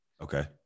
okay